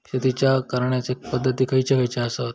शेतीच्या करण्याचे पध्दती खैचे खैचे आसत?